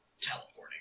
teleporting